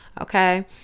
Okay